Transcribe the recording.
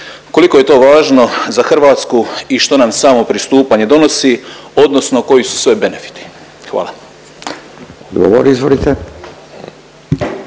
Koliko je to važno za Hrvatsku i što nam samo pristupanje donosi odnosno koji su sve benefiti? Hvala.